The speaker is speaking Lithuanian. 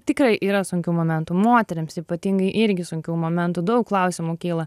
tikrai yra sunkių momentų moterims ypatingai irgi sunkių momentų daug klausimų kyla